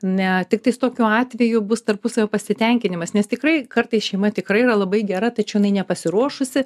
ne tiktais tokiu atveju bus tarpusavio pasitenkinimas nes tikrai kartais šeima tikrai yra labai gera tačiau nepasiruošusi